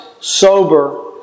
sober